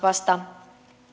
vasta